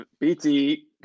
BT